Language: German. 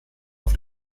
auf